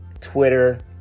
Twitter